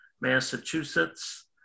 Massachusetts